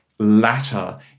latter